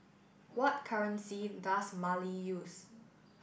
what currency does Mali use